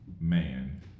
man